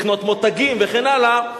לקנות מותגים וכן הלאה,